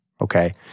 Okay